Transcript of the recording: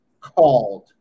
called